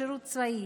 בשירות הצבאי,